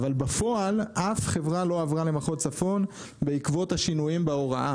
אבל בפועל אף חברה לא עברה למחוז צפון בעקבות השינויים בהוראה.